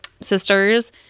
sisters